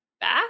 Back